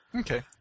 Okay